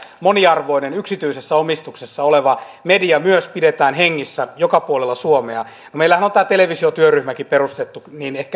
moniarvoinen yksityisessä omistuksessa oleva media myös pidetään hengissä joka puolella suomea kun meillähän on tämä televisiotyöryhmäkin perustettu